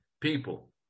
people